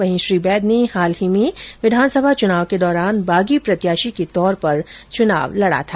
वहीं श्री बैद ने हाल ही में विधानसभा चुनाव के दौरान बागी प्रत्याशी के तौर पर चुनाव लडा था